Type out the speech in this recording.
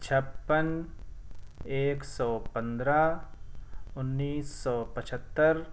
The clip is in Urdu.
چھپن ایک سو پندرہ انیس سو پچھتر